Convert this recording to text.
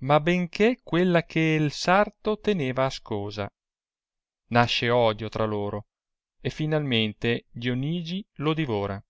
ma ben quella che l sarto teneva ascosa nasce odio tra loro e finalmente dionigi lo divora